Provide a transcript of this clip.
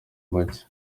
make